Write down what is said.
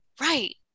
Right